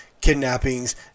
kidnappings